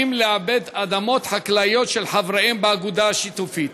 לעבד אדמות חקלאיות של חבריהם באגודה השיתופית.